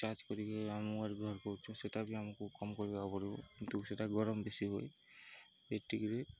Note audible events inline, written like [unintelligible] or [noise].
charge କରିକି ଆମ [unintelligible] ବ୍ୟବହାର କରୁଛୁ ସେଟା ବି ଆମକୁ କମ କରିବାକୁ ପଡ଼ିବ କିନ୍ତୁ ସେଟା ଗରମ ବେଶୀ ହୁଏ [unintelligible]